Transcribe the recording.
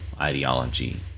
ideology